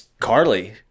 Carly